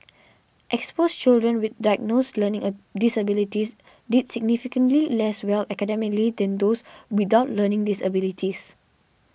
exposed children with diagnosed learning a disabilities did significantly less well academically than those without learning disabilities